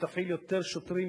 שתפעיל יותר שוטרים,